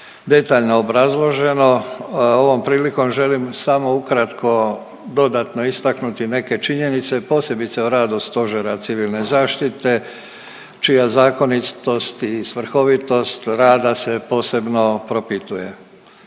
detaljno obrazloženo ovom prilikom želim samo ukratko dodatno istaknuti neke činjenice posebice o radu Stožera Civilne zaštite čija zakonitost i svrhovitost rada se posebno propituje.